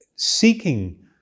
Seeking